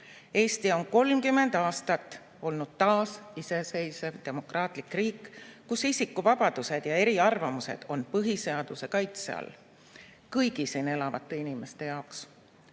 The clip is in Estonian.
Eesti on 30 aastat olnud taas iseseisev demokraatlik riik, kus isikuvabadused ja eriarvamused on põhiseaduse kaitse all, kõigi siin elavate inimeste jaoks.